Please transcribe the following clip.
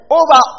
over